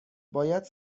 باید